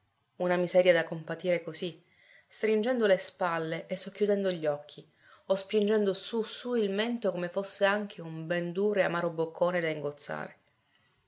una miseria da compatire così stringendo le spalle e socchiudendo gli occhi o spingendo su su il mento come fosse anche un ben duro e amaro boccone da ingozzare